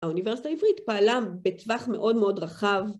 האוניברסיטה העברית פעלה בטווח מאוד מאוד רחב.